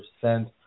percent